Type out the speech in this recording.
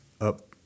up